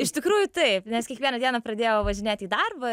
iš tikrųjų taip nes kiekvieną dieną pradėjau važinėt į darbą